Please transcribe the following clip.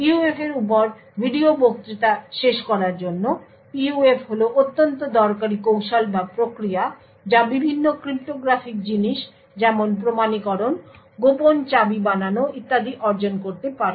PUF এর উপর video বক্তৃতা শেষ করার জন্য PUF হল অত্যন্ত দরকারী কৌশল বা প্রক্রিয়া যা বিভিন্ন ক্রিপ্টোগ্রাফিক জিনিস যেমন প্রমাণীকরণ গোপন চাবি বানানো ইত্যাদি অর্জন করতে পারে